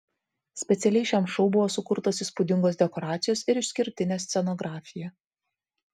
specialiai šiam šou buvo sukurtos įspūdingos dekoracijos ir išskirtinė scenografija